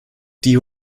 die